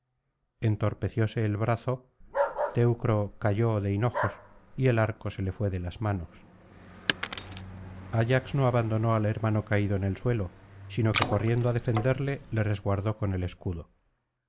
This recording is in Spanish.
entorpecióse el brazo teucro cayó de hinojos y el arco se le fué de las manos ayax no abandonó al hermano caído en el suelo sino que corriendo á defenderle le resguardó con el escudo